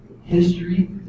history